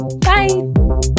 Bye